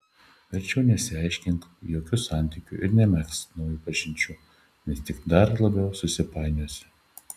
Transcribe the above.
verčiau nesiaiškink jokių santykių ir nemegzk naujų pažinčių nes tik dar labiau susipainiosi